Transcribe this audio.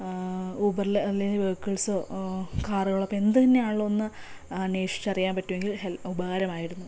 ഊബറിൽ അല്ലെങ്കിൽ വെഹിക്കിൾസോ കാറുകളൊക്കെ എന്ത് തന്നെ ആണേലും ഒന്ന് അന്വേഷിച്ചറിയാൻ പറ്റുമെങ്കിൽ ഹെൽപ്പ് ഉപകാരമായിരുന്നു